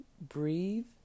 breathe